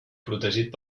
protegit